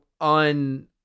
on